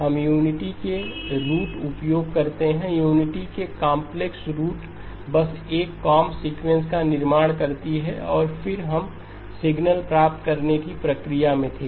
हम यूनिटी के रूट उपयोग करते हैं यूनिटी के कंपलेक्स रूट बस एक कोंब सीक्वेंस का निर्माण करती हैं और फिर हम सिग्नल प्राप्त करने की प्रक्रिया में थे